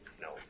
No